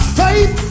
faith